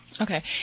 Okay